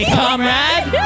comrade